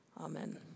Amen